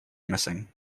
missing